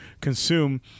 consume